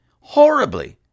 horribly